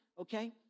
okay